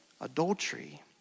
adultery